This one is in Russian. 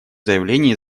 заявление